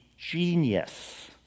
genius